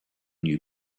new